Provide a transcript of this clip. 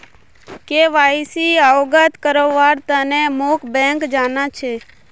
KYC अवगत करव्वार तने मोक बैंक जाना छ